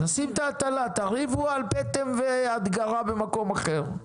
נשים את ההטלה, תריבו על פטם והדגרה במקום אחר.